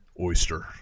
oyster